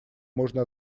можно